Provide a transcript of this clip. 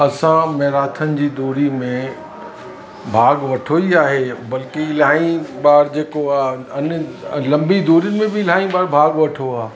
असां मैराथन जी दूरी में भाग वठो ई आहे बल्कि इलाही बार जेको आहे अन लंबी दूरियुनि में बि इलाही बार भाग वठो आहे